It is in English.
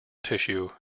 tissue